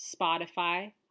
Spotify